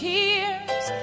tears